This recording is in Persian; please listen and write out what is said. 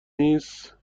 نیست